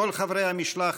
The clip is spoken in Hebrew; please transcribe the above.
כל חברי המשלחת,